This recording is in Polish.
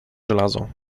żelazo